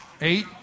Eight